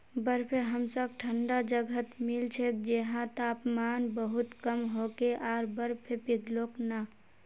बर्फ हमसाक ठंडा जगहत मिल छेक जैछां तापमान बहुत कम होके आर बर्फ पिघलोक ना